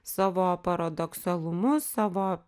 savo paradoksalumu savo